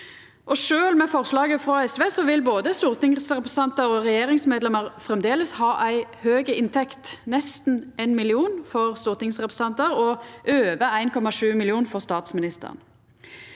Sjølv med forslaget frå SV vil både stortingsrepresentantar og regjeringsmedlemer framleis ha ei høg inntekt, nesten 1 mill. kr for stortingsrepresentantar og over 1,7 mill. kr for statsministeren.